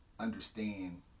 understand